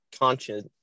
conscious